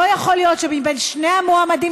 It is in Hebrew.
לא יכול להיות שמבין שני המועמדים